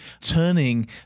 turning